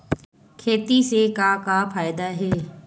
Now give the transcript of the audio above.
खेती से का का फ़ायदा हे?